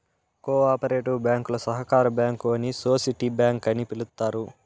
co operative బ్యాంకులు సహకార bank అని సోసిటీ బ్యాంక్ అని పిలుత్తారు